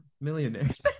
millionaires